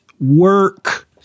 work